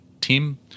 team